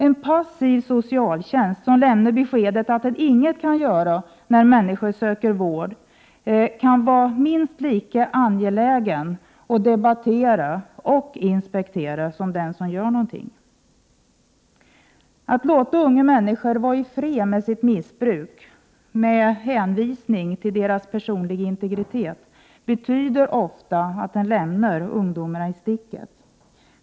En passiv socialtjänst, som lämnar beskedet att man inget kan göra när människor söker vård, kan vara minst lika angelägen att debattera och inspektera som den som gör någonting. Att låta unga människor ”vara i fred” med sitt missbruk, med hänvisning till deras personliga integritet, betyder ofta att man lämnar ungdomarna i sticket.